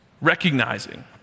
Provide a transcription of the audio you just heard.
recognizing